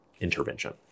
intervention